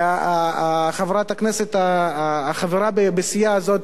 וחברת הכנסת החברה בסיעה הזאת